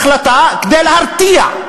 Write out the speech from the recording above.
החלטה כדי להרתיע,